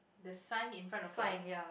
the sign in front of her